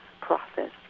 process